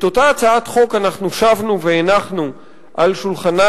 את אותה הצעת חוק שבנו והנחנו על שולחנה